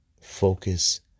focus